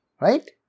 right